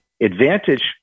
advantage